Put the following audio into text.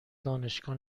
دانشگاه